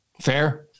Fair